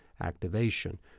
activation